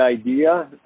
idea